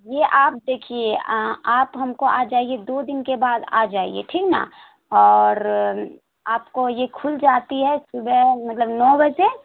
یہ آپ دیکھیے آپ ہم کو آ جائیے دو دن کے بعد آ جائیے ٹھیک ہے نا اور آپ کو یہ کھل جاتی ہے صبح مطلب نو بجے